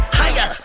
higher